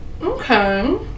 Okay